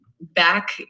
back